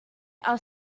are